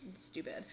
stupid